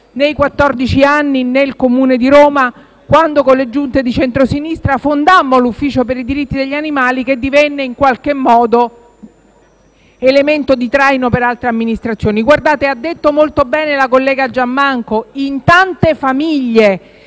anni nel Comune di Roma, quando con le giunte di centrosinistra fondammo l'Ufficio diritti animali che divenne elemento di traino per altre amministrazioni. Ha detto molto bene la collega Giammanco: in tante famiglie,